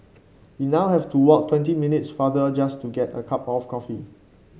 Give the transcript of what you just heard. we now have to walk twenty minutes farther just to get a cup of coffee